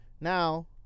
Now